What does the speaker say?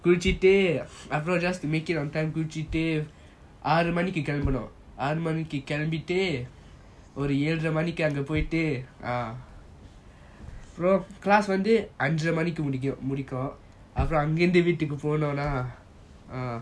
குளிச்சிட்டு அப்புறம்:kulichitu apram just to make it on time குளிச்சிட்டு ஆறு மணிகி கெளம்பனும் ஆறு மணிகி கெளம்பிடு ஒரு ஏழூர் மணிகி அங்க போயிடு அப்புறம்:kulichitu aaru maniki kelambanum aaru maniki kealmbitu oru ezhura maniki anga poitu apram ah so class வந்து அஞ்சிறை மானிக்கி முடியும் அப்புறம் அங்க இருந்து வீட்டுக்கு போணும்னா:vanthu anjira maaniki mudiyum apram anga irunthu veetuku ponumna ah